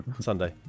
Sunday